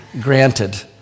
granted